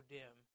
dim